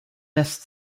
nest